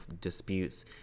disputes